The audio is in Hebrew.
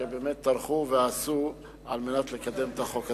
שבאמת טרחו ועשו על מנת לקדם את החוק הזה.